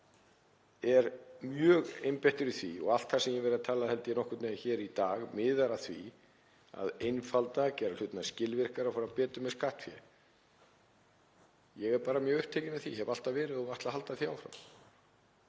ég er mjög einbeittur í því og allt það sem ég hef verið að tala um, held ég nokkurn veginn, hér í dag miðar að því að einfalda það og gera það skilvirkara að fara betur með skattfé. Ég er bara mjög upptekinn af því, hef alltaf verið og ætla að halda því áfram.